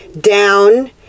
down